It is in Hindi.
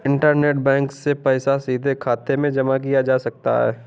इंटरनेट बैंकिग से पैसा सीधे खाते में जमा किया जा सकता है